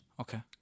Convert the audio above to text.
Okay